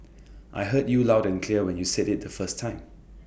I heard you loud and clear when you said IT the first time